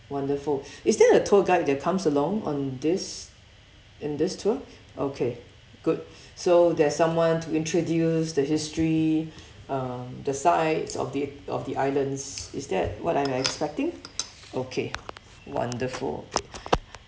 wonderful is there a tour guide that comes along on this in this tour okay good so there's someone to introduce the history um the sites of the of the islands is that what I'm expecting okay wonderful